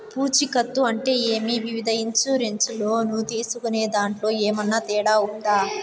పూచికత్తు అంటే ఏమి? వివిధ ఇన్సూరెన్సు లోను తీసుకునేదాంట్లో ఏమన్నా తేడా ఉందా?